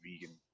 vegan